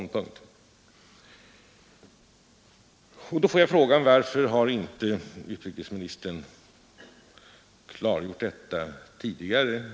När jag sagt detta får jag naturligtvis genast frågan varför utrikesministern inte har klargjort detta tidigare.